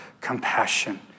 compassion